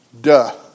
Duh